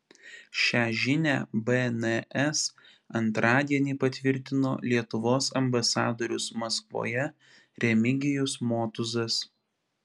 šią žinią bns antradienį patvirtino lietuvos ambasadorius maskvoje remigijus motuzas